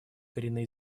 коренные